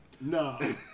No